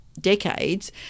decades